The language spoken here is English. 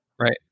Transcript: Right